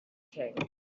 king